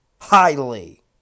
Highly